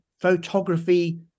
photography